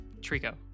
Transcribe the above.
Trico